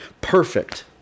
perfect